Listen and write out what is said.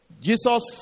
Jesus